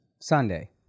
Sunday